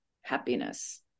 happiness